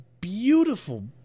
beautiful